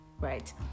right